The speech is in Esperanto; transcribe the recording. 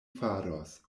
faros